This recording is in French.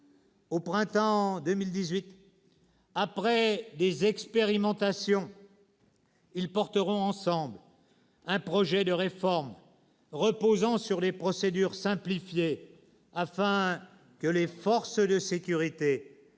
Au printemps 2018, après des expérimentations, ils porteront ensemble un projet de réforme reposant sur des procédures simplifiées, afin que les forces de sécurité